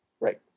Right